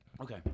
Okay